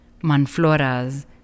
manfloras